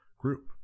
group